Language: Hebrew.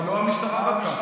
אבל לא המשטרה בדקה.